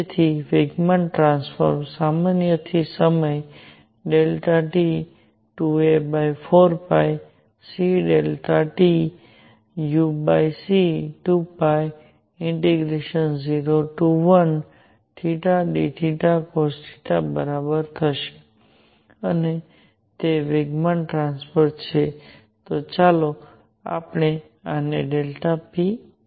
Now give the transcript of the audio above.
તેથી વેગમાન ટ્રાન્સફર સામાન્ય થી સમય t 2a4cΔtuc201θdcosθ બરાબર થશે અને તે વેગમાન ટ્રાન્સફર છે તો ચાલો આપણે આને p લઈએ